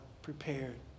prepared